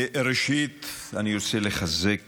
ראשית, אני רוצה לחזק